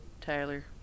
Tyler